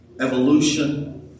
evolution